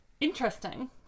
Interesting